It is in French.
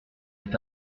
est